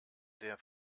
der